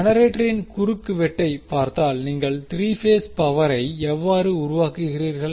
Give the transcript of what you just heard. ஜெனரேட்டரின் குறுக்குவெட்டைப் பார்த்தால் நீங்கள் 3 பேஸ் பவரை எவ்வாறு உருவாக்குகிறீர்கள்